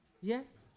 Yes